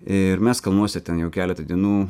ir mes kalnuose ten jau keletą dienų